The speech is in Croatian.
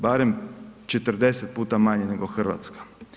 Barem 40 puta manje nego Hrvatska.